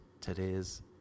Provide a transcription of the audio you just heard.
today's